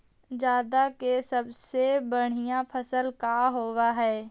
जादा के सबसे बढ़िया फसल का होवे हई?